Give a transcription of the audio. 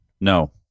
No